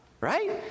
right